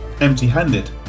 empty-handed